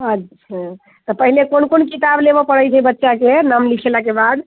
अच्छे तऽ पहिने कोन कोन किताब लेबऽ पड़ैत छै बच्चाके नाम लिखयलाके बाद